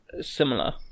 similar